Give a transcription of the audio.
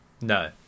No